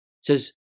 says